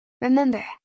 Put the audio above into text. Remember